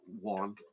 one